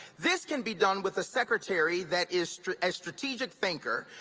this can be done with a secretary that is a strategic thinker,